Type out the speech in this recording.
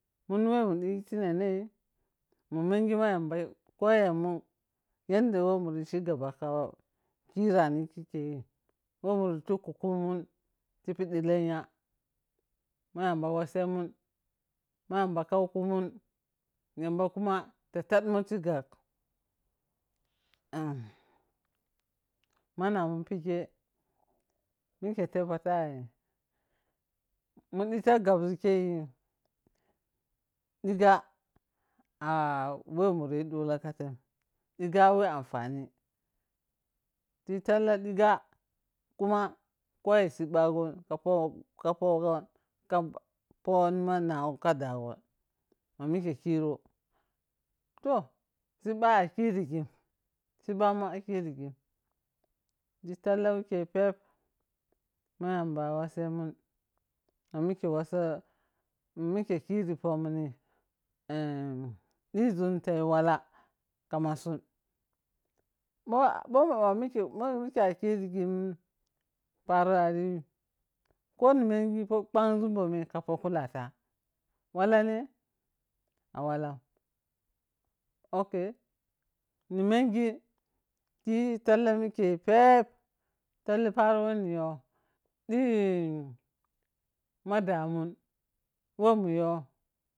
Mun wo mundi fi nenei mun menji ma yamba koyeman yadda wo muri skegaba ka khurani kikeyi wo muri tuku kumun te piddi lenya ma yamba wosemun, ma yamba khau kyamun yamba kuma fa dadmun ti gag. Ba! Monamar pikeh mike teppoh fah, mu diffa gabzun keyi digga a wo muriyi dagde a tem digga weh anfani ti talla digga kuma koyi sibago ka pogang ka foni ma nago ka dagon mamike kiro, toh sibba a kirishim, sibbaman a kirishim ti talla wake peb ma yamba wosemun ma mike woso, ma mike kiri pomun dizum tayi walla. amasun bho bho ma mike a kirigim parp ari yim ko ne menji phagzu ta bho muya ka fak kulafa, walla ne? A wallam! Ok nemenji tiya talla mike peb falla paro woni you dima damun won you